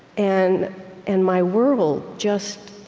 and and my world just,